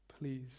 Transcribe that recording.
Please